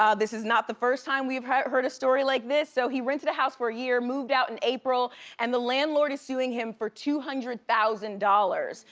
um this is not the first time we've heard heard a story like this. so he rented a house for a year, moved out in april and the landlord is suing him for two hundred thousand dollars.